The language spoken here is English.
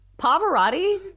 Pavarotti